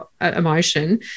emotion